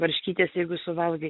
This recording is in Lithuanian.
varškytės jeigu suvalgai